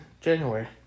January